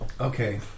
Okay